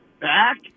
Back